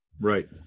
right